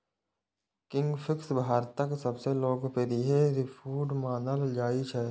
kingfish भारतक सबसं लोकप्रिय सीफूड मानल जाइ छै